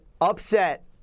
upset